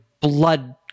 blood